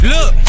Look